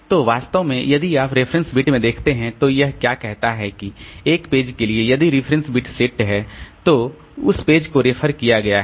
तो वास्तव में यदि आप रेफरेंस बिट में देखते हैं तो यह क्या कहता है कि एक पेज के लिए यदि रेफरेंस बिट सेट है तो उस पेज को रिफर किया गया है